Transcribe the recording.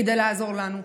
כדי לעזור לנו.